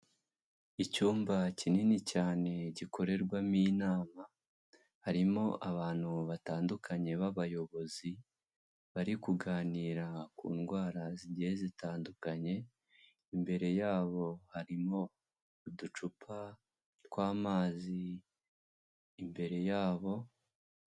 Icyumba kinini cyane gikorerwamo inama, harimo abantu batandukanye b'abayobozi, bari kuganira ku ndwara zigiye zitandukanye, imbere yabo harimo uducupa tw'amazi imbere yabo.